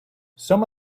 some